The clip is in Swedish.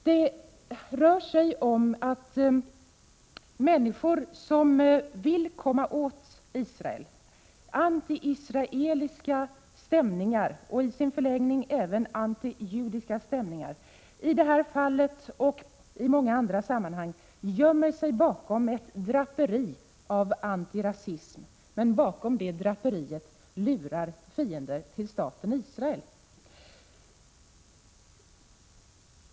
Det rör sig om antiisraeliska stämningar och i sin förlängning även antijudiska stämningar, och det rör sig om att människor som vill komma åt Israel i det här fallet och i många andra sammanhang gömmer sig bakom ett draperi av antirasism. Men bakom det draperiet lurar fiender till staten Israel.